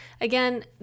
again